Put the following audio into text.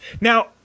Now